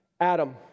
Adam